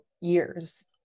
years